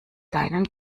deinen